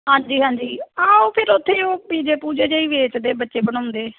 ਹਾਂਜੀ ਹਾਂਜੀ ਆਹੋ ਫਿਰ ਉੱਥੇ ਓਹ ਪੀਜ਼ੇ ਪੂਜ਼ੇ ਜੇ ਹੀ ਵੇਚਦੇ ਬੱਚੇ ਬਣਾਉਂਦੇ